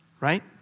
Right